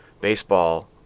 baseball